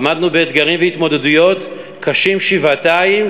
עמדנו באתגרים והתמודדויות קשים שבעתיים